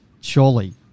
surely